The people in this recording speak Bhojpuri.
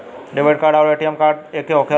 डेबिट कार्ड आउर ए.टी.एम कार्ड एके होखेला?